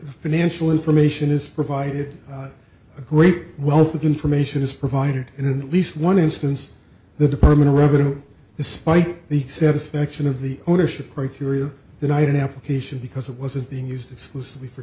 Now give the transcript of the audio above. financial information is provided a great wealth of information is provided in least one instance the department of revenue despite the seventies faction of the ownership criteria that i had application because it wasn't being used explicitly for